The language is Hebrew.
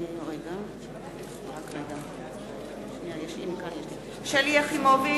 (קוראת בשמות חברי הכנסת) שלי יחימוביץ,